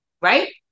right